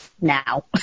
now